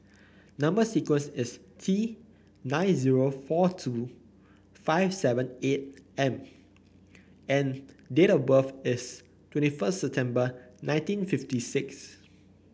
number sequence is T nine zero four two five seven eight M and date of birth is twenty first September nineteen fifty six